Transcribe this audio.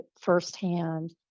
firsthand